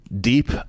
deep